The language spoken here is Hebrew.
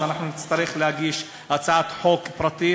אז אנחנו נצטרך להגיש הצעת חוק פרטית,